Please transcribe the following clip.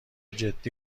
جدی